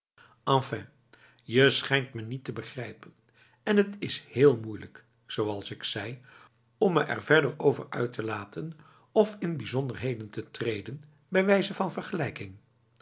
je schijnt me niet te begrijpen en het is heel moeilijk zoals ik zei om me er verder over uit te laten of in bijzonderheden te treden bij wijze van vergelijking